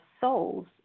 souls